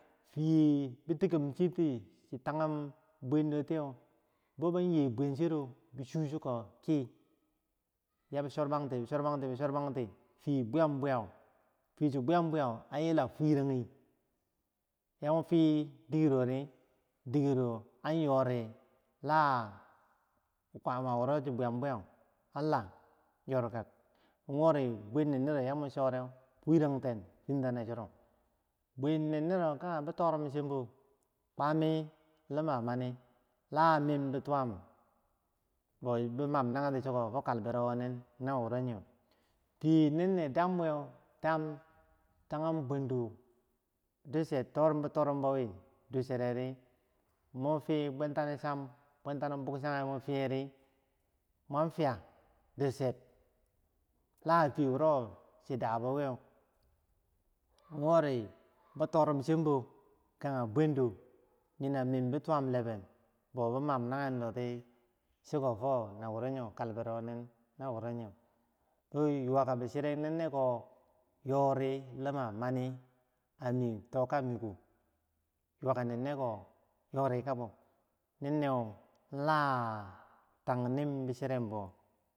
fiye bi tekim chiti chi tanghum bwendotiyeu, bo ban ye bwenchero, bi chu chikoki, yabi chormanti bichormanti, bichormanti, bichormanti fiye woro bwaga meu, fiyecho, bwiyan bwiyau, yila an furanghi dingero an yori, la faye wo, ro buyam buya an la, yorka wori bwennenera wo ya mu choreu, furankten findanye chiro, buwen nen- nero, kanye bitorum chiyembau, kwami luma mani, la mim, bitinembau bi mam nangendoti chiko kalbero wonen, fiye wo, nennee, damwi tangum buwendo we doche ko, torum bi- torum bau wi doche, mun fiya docher la, fiye woro chi dabo wiye wori, monfiya bitorumbo, kanyee buwendo, nyo na mimbi tuwemem bau woro bi mam nanyen doti chiko fokalbero woronineu, yuwa ka bichirek nen- neko, yori luma mani, ami tocha, miko, yuwaka nenneko yori kabo nenno la, tanni bichirebau.